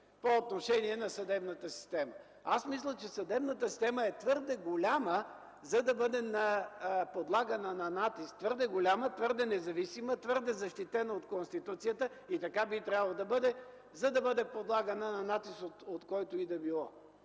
по отношение на съдебната система. Мисля, че съдебната система е твърде голяма, за да бъде подлагана на натиск – твърде голяма, твърде независима, твърде защитена от Конституцията и така би трябвало да бъде, за да бъде подлагана на натиск от когото и да било.